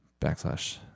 backslash